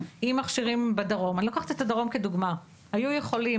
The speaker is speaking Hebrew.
אם מכשירים בדרום ואני לוקחת את הדרום כדוגמה היו יכולים